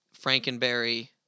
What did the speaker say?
Frankenberry